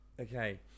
Okay